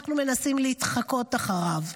אנחנו מנסים להתחקות אחריו.